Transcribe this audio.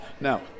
Now